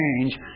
change